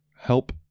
help